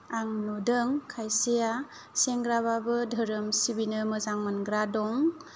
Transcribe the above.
आं नुदों खायसेया सेंग्राबाबो धोरोम सिबिनो मोजां मोनग्रा दं